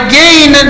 gain